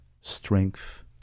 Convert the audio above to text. strength